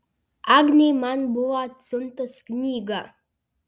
agnė man buvo atsiuntus knygą